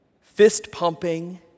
fist-pumping